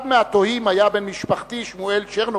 אחד מהתוהים היה בן משפחתי, שמואל צ'רנוביץ,